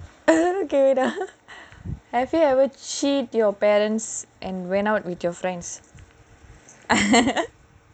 okay have you ever cheat your parents and went out with your friends